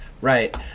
right